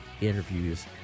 interviews